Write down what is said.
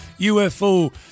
UFO